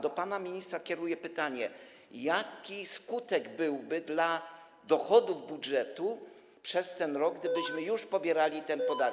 Do pana ministra kieruję pytanie: Jaki byłby skutek dla dochodów budżetu przez ten rok, gdybyśmy już pobierali ten podatek?